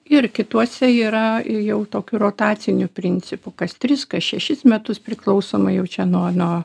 ir kituose yra ir jau tokiu rotaciniu principu kas tris šešis metus priklausomai jau čia nuo nuo